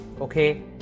Okay